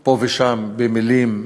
פה ושם במילים יפות,